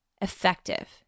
effective